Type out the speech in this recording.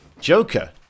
joker